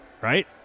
right